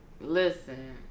Listen